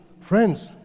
friends